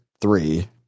three